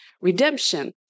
redemption